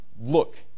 look